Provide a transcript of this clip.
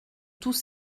tous